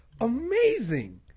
amazing